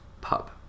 pub